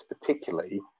particularly